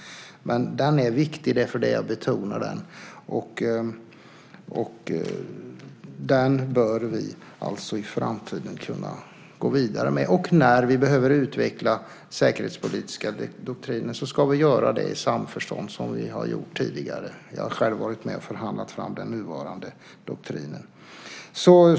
Men den är viktig, och det är därför jag betonar den. Den bör vi alltså i framtiden kunna gå vidare med. Och när vi behöver utveckla säkerhetspolitiska doktriner ska vi göra det i samförstånd, som vi har gjort tidigare. Jag har själv varit med och förhandlat fram den nuvarande doktrinen.